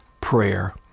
prayer